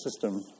system